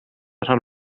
rhan